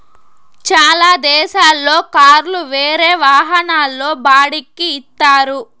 చాలా దేశాల్లో కార్లు వేరే వాహనాల్లో బాడిక్కి ఇత్తారు